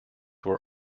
were